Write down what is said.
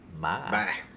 Bye